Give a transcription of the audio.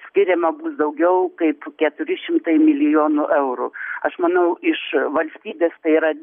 skiriama bus daugiau kaip keturi šimtai milijonų eurų aš manau iš valstybės tai yra